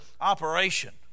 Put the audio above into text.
operation